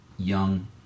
young